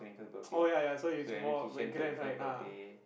oh ya ya so it's more grand right ah